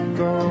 go